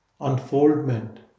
unfoldment